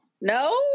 No